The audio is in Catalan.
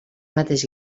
mateix